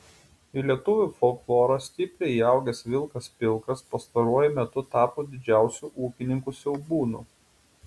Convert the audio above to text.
į lietuvių folklorą stipriai įaugęs vilkas pilkas pastaruoju metu tapo didžiausiu ūkininkų siaubūnu